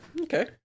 Okay